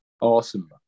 Awesome